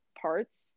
parts